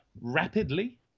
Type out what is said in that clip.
rapidly